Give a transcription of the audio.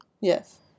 Yes